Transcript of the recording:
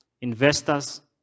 investors